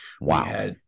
Wow